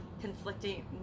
conflicting